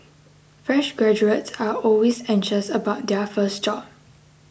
fresh graduates are always anxious about their first job